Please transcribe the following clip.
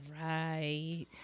right